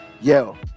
Yo